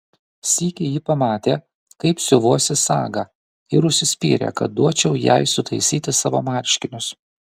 sykį ji pamatė kaip siuvuosi sagą ir užsispyrė kad duočiau jai sutaisyti savo marškinius